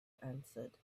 answered